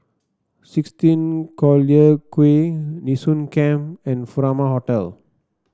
sixteen Collyer Quay Nee Soon Camp and Furama Hotel